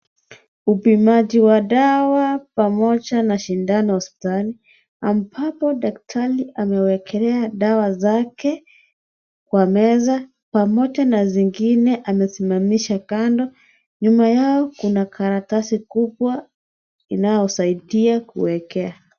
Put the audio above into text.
Upimaji wa dawa pamoja na sindano hospitali ambapo daktari amewekelea dawa zake kwa meza pamoja na zingine amesimamisha kando, nyuma Yao kuna karatasi kubwa inayosaidia kuekea.